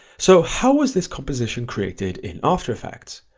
so how was this composition created in after effects?